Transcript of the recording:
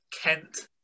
kent